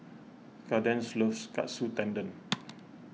Kadence loves Katsu Tendon